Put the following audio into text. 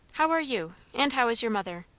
how are you? and how is your mother?